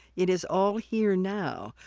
it is all here now.